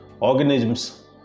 Organisms